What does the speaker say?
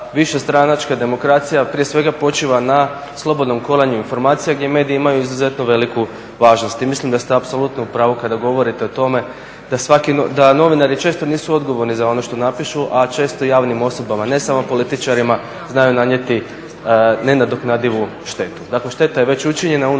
višestranačka demokracija prije svega počiva na slobodnom kolanju informacija gdje mediji imaju izuzetno veliku važnost i mislim da ste apsolutno u pravu kada govorite o tome da novinari često nisu odgovorni za ono što napišu, a često javnim osobama ne samo političarima znaju nanijeti nenadoknadivu štetu. Dakle šteta je već učinjena